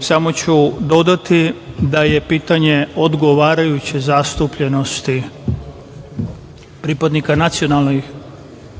Samo ću dodati da je pitanje odgovarajuće zastupljenosti pripadnika nacionalnih